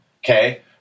Okay